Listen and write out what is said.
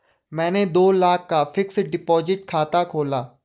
मैंने दो लाख का फ़िक्स्ड डिपॉज़िट खाता खोला